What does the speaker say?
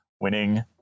winning